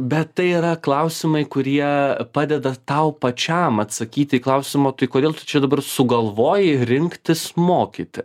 bet tai yra klausimai kurie padeda tau pačiam atsakyti į klausimą tai kodėl tu čia dabar sugalvojai rinktis mokyti